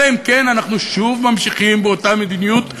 אלא אם כן אנחנו שוב ממשיכים באותה מדיניות,